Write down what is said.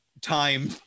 time